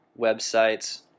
Websites